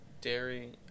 dairy